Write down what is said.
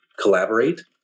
collaborate